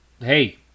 hey